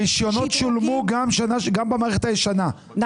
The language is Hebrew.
הרישיונות שולמו גם במערכת הישנה,